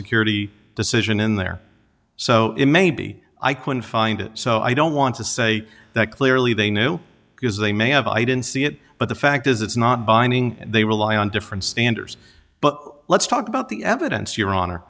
security decision in there so maybe i can find it so i don't want to say that clearly they knew because they may have i didn't see it but the fact is it's not binding they rely on different standards but let's talk about the evidence your honor